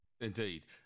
Indeed